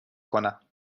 کنم